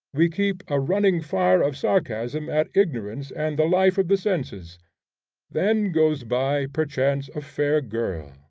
we keep a running fire of sarcasm at ignorance and the life of the senses then goes by, perchance, a fair girl,